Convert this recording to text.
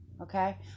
okay